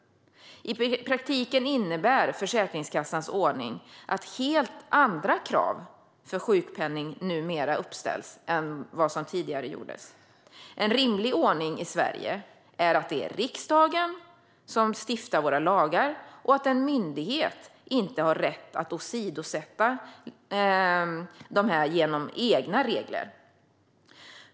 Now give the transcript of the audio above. I praktiken innebär Försäkringskassans ordning att det numera uppställs helt andra krav för sjukpenning än vad som tidigare ställdes. En rimlig ordning i Sverige är att det är riksdagen som stiftar lagar och att en myndighet inte har rätt att åsidosätta dessa lagar genom egna regler.